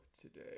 today